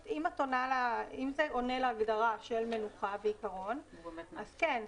אם זה עונה להגדרה של מנוחה, בעיקרון, אז כן.